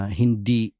hindi